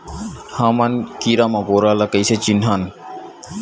हमन कीरा मकोरा ला कइसे चिन्हन?